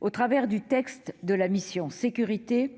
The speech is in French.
Au travers de la mission « Sécurités »,